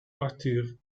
arthur